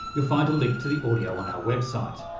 you'll find a link to the audio on our website.